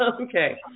Okay